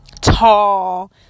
Tall